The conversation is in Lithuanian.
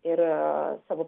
ir savo